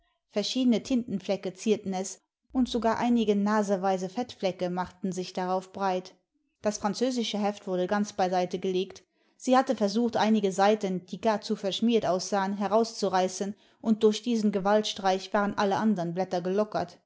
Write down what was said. verschiedene tintenflecke zierten es und sogar einige naseweise fettflecke machten sich darauf breit das französische heft wurde ganz beiseite gelegt sie hatte versucht einige seiten die gar zu verschmiert aussahen herauszureißen und durch diesen gewaltstreich waren alle andern blätter gelockert